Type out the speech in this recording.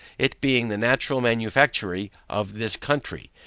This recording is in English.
it being the natural manufactory of this country.